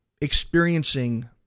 experiencing